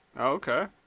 okay